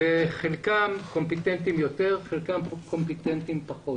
חלקם קומפיטנטיים יותר וחלקם פחות.